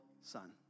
son